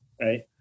Right